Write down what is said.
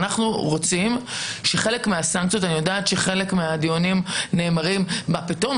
אני יודעת שבחלק מהדיונים אומרים: מה פתאום,